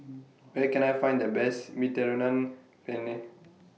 Where Can I Find The Best Mediterranean Penne